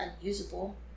unusable